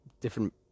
different